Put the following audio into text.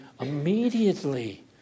immediately